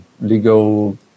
legal